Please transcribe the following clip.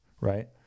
right